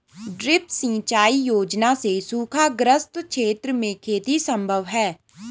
drip सिंचाई योजना से सूखाग्रस्त क्षेत्र में खेती सम्भव है